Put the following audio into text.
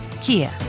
Kia